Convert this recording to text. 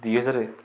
ଦୁଇ ହଜାର